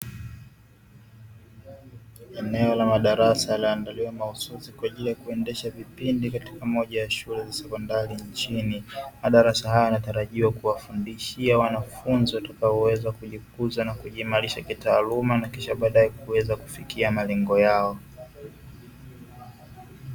Eneo la madarasa laandaliwa mahususi kwa ajili yakuendesha vipindi katika moja ya shule za sekondari nchini, madarasa haya yanatarajiwa kuwafundishia wanafunzi watakaoweza kujikuza na kujiimarisha kitaaluma na kisha baadae kuweza kufikia malengo yao.